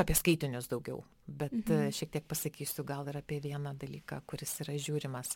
apie skaitinius daugiau bet šiek tiek pasakysiu gal ir apie vieną dalyką kuris yra žiūrimas